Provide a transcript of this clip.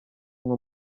nko